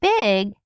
big